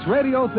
Radio